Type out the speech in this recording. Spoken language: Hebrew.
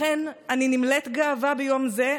לכן אני נמלאת גאווה ביום זה,